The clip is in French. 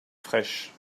fraîche